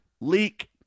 leak